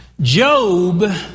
Job